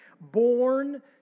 Born